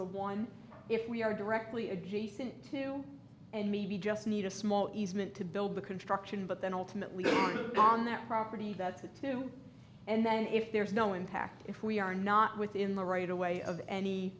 a one if we are directly adjacent to and maybe just need a small easement to build the construction but then ultimately on that property that's the two and then if there's no impact if we are not within the right away of any